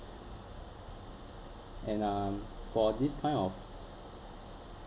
and um for this kind of